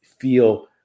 feel